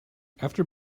after